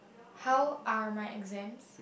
how are my exams